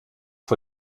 vor